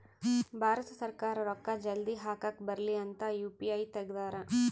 ಭಾರತ ಸರ್ಕಾರ ರೂಕ್ಕ ಜಲ್ದೀ ಹಾಕಕ್ ಬರಲಿ ಅಂತ ಯು.ಪಿ.ಐ ತೆಗ್ದಾರ